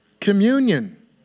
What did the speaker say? Communion